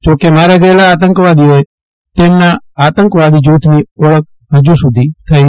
જો કે માર્યા ગયેલા આતંકવાદીઓ અને તેમના આતંકવાદી જૂથની ઓળખ હજુ સુધી થઇ નથી